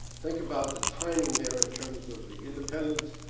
think about the timing there in terms of the independence,